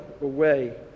away